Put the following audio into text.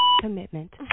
Commitment